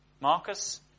Marcus